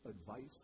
advice